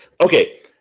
Okay